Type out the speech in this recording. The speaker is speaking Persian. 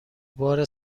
بار